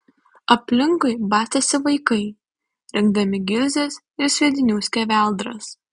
aplinkui bastėsi vaikai rinkdami gilzes ir sviedinių skeveldras